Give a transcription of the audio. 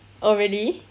oh really